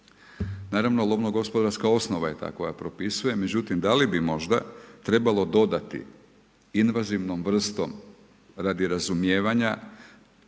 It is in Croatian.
Naravno lovno gospodarska osnova je ta koja propisuje, međutim, da li bi možda trebalo dodati invazivnom vrstom radi razumijevanja